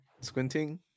Squinting